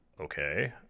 okay